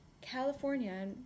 California